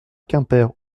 quimper